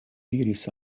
diris